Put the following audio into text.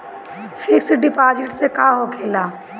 Fix deposit से का होखे ला?